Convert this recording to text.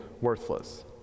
worthless